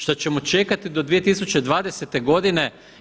Što ćemo čekati do 2020. godine?